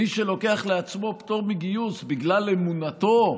מי שלוקח לעצמו פטור מגיוס בגלל אמונתו,